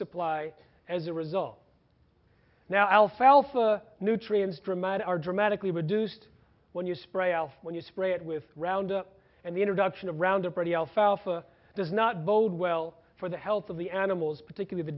supply as a result now alfalfa nutrients dramatic are dramatically reduced when you spray off when you spray it with round and the introduction of roundup ready alfalfa does not bode well for the health of the animals particular the